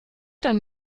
denn